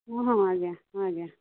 ହଁ ହଁ ଆଜ୍ଞା ହଁ ଆଜ୍ଞା